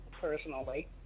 personally